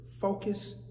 focus